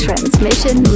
Transmission